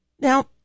Now